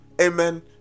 amen